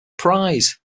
prize